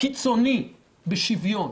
קיצוני בשוויון,